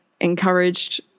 encouraged